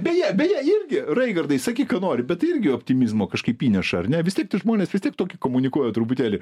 beje beje irgi raigardai sakyk ką nori bet irgi optimizmo kažkaip įneša ar ne vistiek tie žmonės vis tiek tokį komunikuoja truputėlį